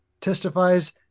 testifies